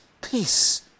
peace